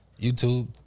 YouTube